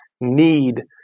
need